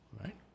right